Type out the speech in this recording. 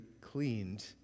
cleaned